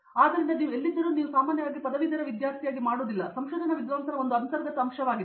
ಆದ್ದರಿಂದ ನೀವು ಎಲ್ಲಿದ್ದರೂ ನೀವು ಸಾಮಾನ್ಯವಾಗಿ ಪದವೀಧರ ವಿದ್ಯಾರ್ಥಿಯಾಗಿ ಮಾಡುವುದಿಲ್ಲ ಆದರೆ ಇದು ಸಂಶೋಧನಾ ವಿದ್ವಾಂಸನ ಒಂದು ಅಂತರ್ಗತ ಅಂಶವಾಗಿದೆ